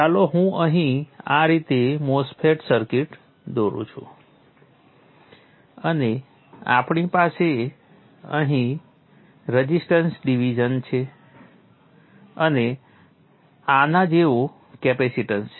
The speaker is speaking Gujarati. ચાલો હું અહીં આવી રીતે MOSFET સર્કિટ દોરું છું અને આપણી પાસે અહીં રઝિસ્ટન્સ ડિવિઝન છે અને આના જેવું કેપેસીટન્સ છે